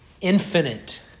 infinite